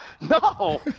no